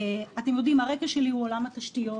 אתם יודעים שהרקע שלי הוא עולם התשתיות,